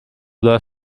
the